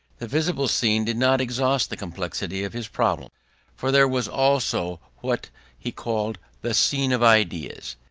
the visible scene did not exhaust the complexity of his problem for there was also what he called the scene of ideas,